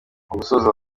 gusoza